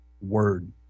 word